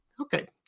Okay